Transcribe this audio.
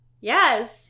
Yes